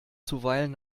zuweilen